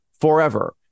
forever